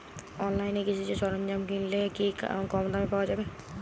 অনলাইনে কৃষিজ সরজ্ঞাম কিনলে কি কমদামে পাওয়া যাবে?